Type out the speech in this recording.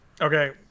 Okay